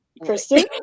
Kristen